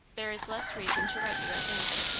there is less reason to write you at length.